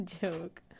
joke